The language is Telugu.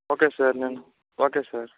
ఓకే సార్ నేను ఓకే సార్